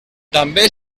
també